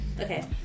Okay